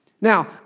Now